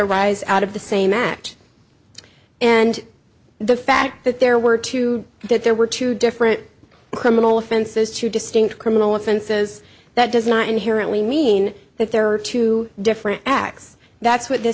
arise out of the same act and the fact that there were two that there were two different criminal offenses two distinct criminal offenses that does not inherently mean that there are two different acts that's what th